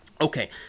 Okay